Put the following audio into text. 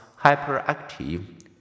hyperactive